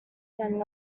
than